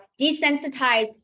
desensitize